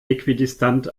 äquidistant